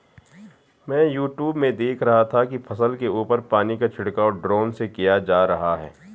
मैं यूट्यूब में देख रहा था कि फसल के ऊपर पानी का छिड़काव ड्रोन से किया जा रहा है